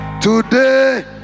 today